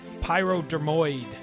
Pyrodermoid